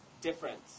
difference